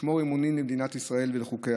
לשמור אמונים למדינת ישראל ולחוקיה,